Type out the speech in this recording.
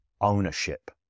ownership